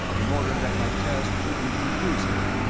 in order that my test should be conclusive,